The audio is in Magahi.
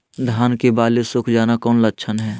धान की बाली सुख जाना कौन लक्षण हैं?